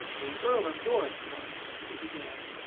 the earl of dorincourt, he began,